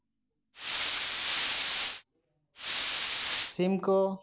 ᱥᱤᱢ ᱠᱚ